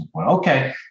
Okay